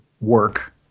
work